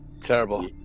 Terrible